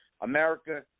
America